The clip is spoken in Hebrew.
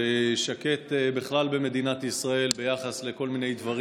ושקט בכלל במדינת ישראל ביחס לכל מיני דברים